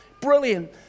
brilliant